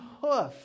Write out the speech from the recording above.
hoof